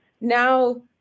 now